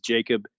Jacob